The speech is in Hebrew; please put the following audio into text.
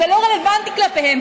זה לא רלוונטי כלפיהם,